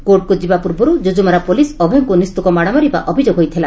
କୋର୍ଟକୁ ଯିବା ପୂର୍ବରୁ ଯୁଯୁମରା ପୋଲିସ ଅଭୟଙ୍କୁ ନିସ୍ତୁକ ମାଡ ମାରିବା ଅଭିଯୋଗ ହୋଇଥିଲା